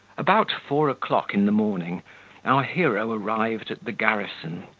about four o'clock in the morning our hero arrived at the garrison,